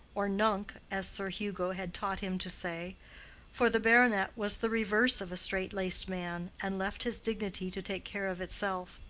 or nunc, as sir hugo had taught him to say for the baronet was the reverse of a strait-laced man and left his dignity to take care of itself.